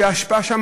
שההשפעה שם,